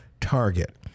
target